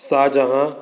Shahjahan